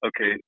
Okay